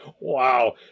wow